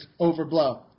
overblow